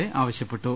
A ആവ ശ്യപ്പെട്ടു